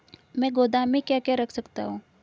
मैं गोदाम में क्या क्या रख सकता हूँ?